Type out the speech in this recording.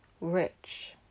rich